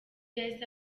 yahise